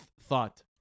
thought